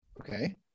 Okay